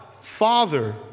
Father